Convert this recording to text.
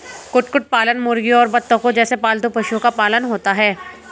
कुक्कुट पालन मुर्गियों और बत्तखों जैसे पालतू पक्षियों का पालन होता है